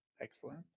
Excellent